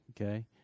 Okay